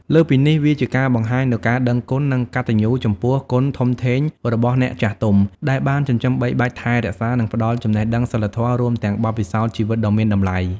លើសពីនេះ វាជាការបង្ហាញនូវការដឹងគុណ និងកតញ្ញូចំពោះគុណធំធេងរបស់អ្នកចាស់ទុំ ដែលបានចិញ្ចឹមបីបាច់ថែរក្សា និងផ្ដល់ចំណេះដឹង សីលធម៌ រួមទាំងបទពិសោធន៍ជីវិតដ៏មានតម្លៃ។